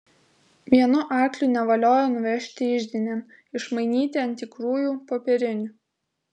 vienu arkliu nevaliojo nuvežti iždinėn išmainyti ant tikrųjų popierinių